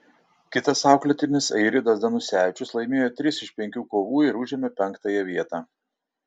kitas auklėtinis airidas danusevičius laimėjo tris iš penkių kovų ir užėmė penktąją vietą